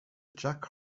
jack